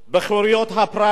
בחירויות הפרט,